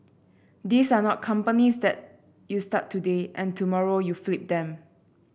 these are not companies that you start today and tomorrow you flip them